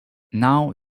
now